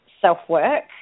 self-work